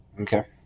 Okay